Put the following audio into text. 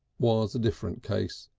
was a different case.